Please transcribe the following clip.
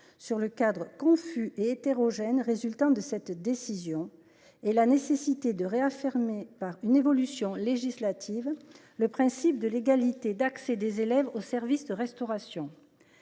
sur le cadre confus et hétérogène résultant de cette décision et sur la nécessité de réaffirmer, par une évolution législative, le principe de l’égalité d’accès des élèves au service de restauration.